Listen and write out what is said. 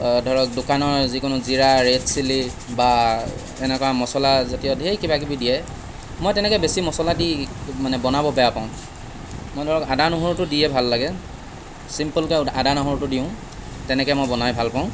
ধৰক দোকানৰ যিকোনো জিৰা ৰেড চিলি বা এনেকুৱা মছলাজাতীয় ধেৰ কিবা কিবি দিয়ে মই তেনেকৈ বেছি মছলা দি মানে বনাব বেয়া পাওঁ মই ধৰক আদা নহৰুটো দিয়ে ভাল লাগে ছিম্পলকে আদা নহৰুটো দিওঁ তেনেকৈ মই বনাই ভাল পাওঁ